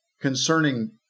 concerning